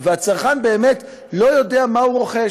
והצרכן באמת לא יודע מה הוא רוכש.